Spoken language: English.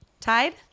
Tide